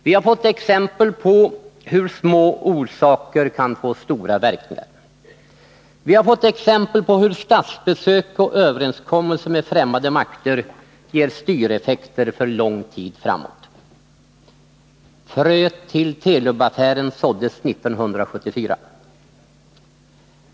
Vi har fått exempel på hur små orsaker kan få stora verkningar. Vi har fått exempel på hur statsbesök och överenskommelser med främmande makter ger styreffekter för lång tid framåt. Fröet till Telub-affären såddes 1974.